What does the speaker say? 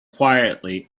quietly